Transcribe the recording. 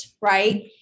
right